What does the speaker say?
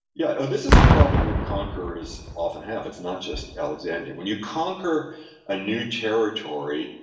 yeah, so this is a problem that conquerors often have. it's not just alexander. when you conquer a new territory,